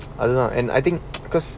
I don't lah and I think because